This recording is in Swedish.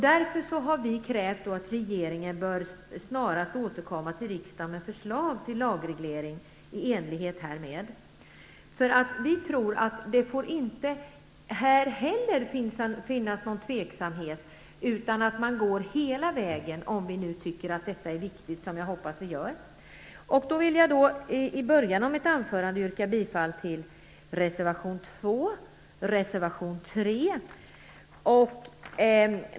Därför har vi krävt att regeringen snarast återkommer till riksdagen med förslag till lagreglering i enlighet härmed. Vi tror att det inte här heller får finnas någon tveksamhet. Vi skall gå hela vägen om vi tycker att detta är viktigt, vilket jag hoppas att vi gör. Jag vill så här i början av mitt anförande yrka bifall till reservation 2 och reservation 3.